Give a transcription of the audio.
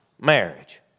marriage